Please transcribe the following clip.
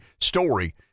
story